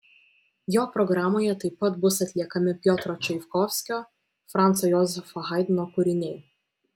jo programoje taip pat bus atliekami piotro čaikovskio franco jozefo haidno kūriniai